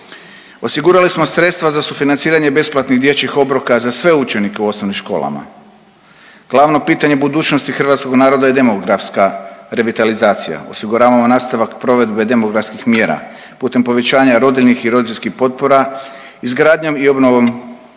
Osigurali smo sredstva za sufinanciranje besplatnih dječjih obroka za sve učenike u osnovnim školama, glavno pitanje budućnosti hrvatskog naroda je demografska revitalizacija, osiguravamo nastavak provedbe demografskih mjera putem povećanja rodiljnih i roditeljskih potpora izgradnjom i obnovom dječjih